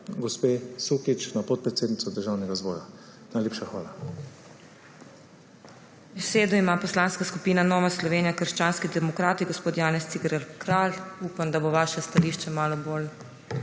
gospe Sukič za podpredsednico Državnega zbora. Najlepša hvala.